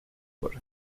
por